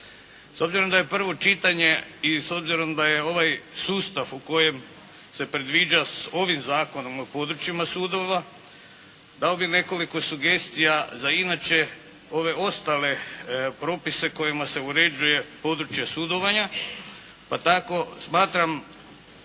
S obzirom da je prvo čitanje i s obzirom da je ovaj sustav u kojem se predviđa ovim Zakonom o područjima sudova dao bih nekoliko sugestija za inače ove ostale propise kojima se uređuje područje sudovanja, pa tako smatram